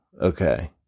okay